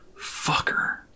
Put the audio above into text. Fucker